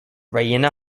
reina